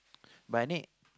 but I need